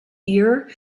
ear